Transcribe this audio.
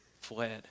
fled